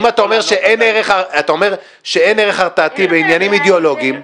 אם אתה אומר שאין ערך הרתעתי בעניינים אידיאולוגיים,